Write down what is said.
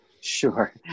Sure